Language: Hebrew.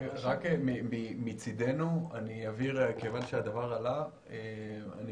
אבהיר מצדנו כיוון שהדבר עלה: אני